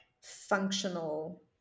functional